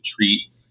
treat